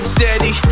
steady